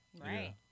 Right